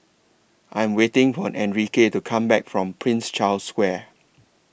I Am waiting For Enrique to Come Back from Prince Charles Square